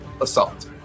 assault